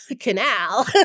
Canal